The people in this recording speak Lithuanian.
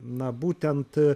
na būtent